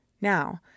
Now